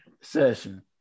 session